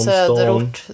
Söderort